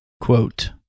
quote